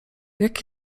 jaki